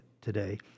today